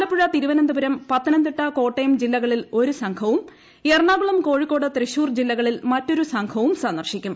ആലപ്പുഴ തിരുവനന്തപുരം പത്തനംതിട്ട കോട്ടയം ജില്ലകളിൽ ഒരു സംഘവും എറണാകുളം കോഴിക്കോട് തൃശൂർ ജില്ലകളിൽ മറ്റൊരു സംഘവും സന്ദർശിക്കും